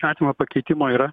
įstatymo pakeitimo yra